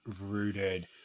rooted